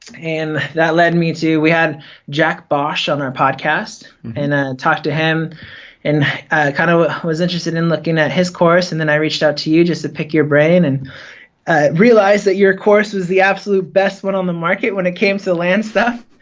and that led me to, we had jack bosch on our podcast and ah talked to him and kind of was interested in looking at his course and then i reached out to you just to pick your brain and realized that your course was the absolute best one on the market when it came to land stuff.